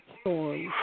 storm